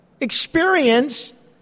experience